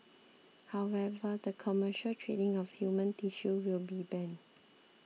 however the commercial trading of human tissue will be banned